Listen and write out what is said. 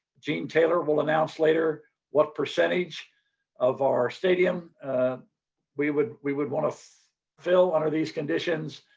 gene taylor will announce later what percentage of our stadium we would we would want to fill under these conditions.